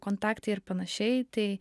kontaktai ir panašiai tai